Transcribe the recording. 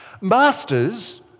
Masters